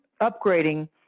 upgrading